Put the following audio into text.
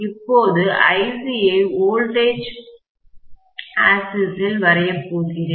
இப்போது IC ஐ வோல்டேஜ்மின்னழுத்த ஆக்சிஸ் ல் வரையப்போகிறேன்